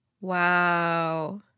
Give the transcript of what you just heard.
Wow